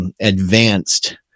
advanced